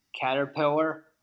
Caterpillar